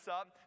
up